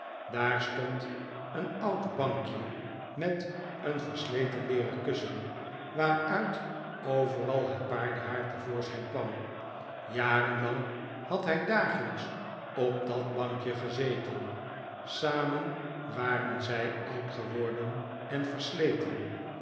daar stond een oud bankje met een versleten leeren kussen waaruit overal het paardenhaar te voorschijn kwam jarenlang had hij dagelijks op dat bankje gezeten samen waren zij oud geworden en versleten